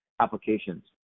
applications